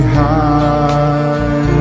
high